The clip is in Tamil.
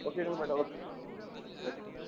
ஓகே தானே மேடம் ஓகே